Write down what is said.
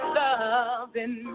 loving